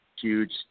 huge